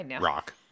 rock